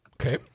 Okay